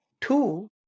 Two